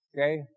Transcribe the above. Okay